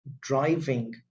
driving